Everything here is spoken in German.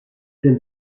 den